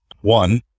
One